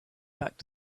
back